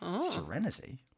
Serenity